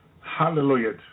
Hallelujah